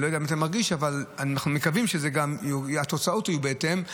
אני לא יודע אם אתה מרגיש אבל אנחנו מקווים שגם התוצאות יהיו בהתאם,